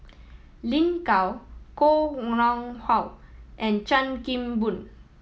Lin Gao Koh Nguang How and Chan Kim Boon